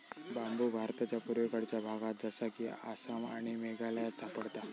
बांबु भारताच्या पुर्वेकडच्या भागात जसा कि आसाम आणि मेघालयात सापडता